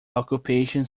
occupation